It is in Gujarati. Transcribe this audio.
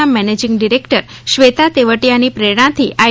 ના મેનેજીંગ ડિરેક્ટરશ્રી શ્વેતા તેવટિયાની પ્રેરણાથી આઈ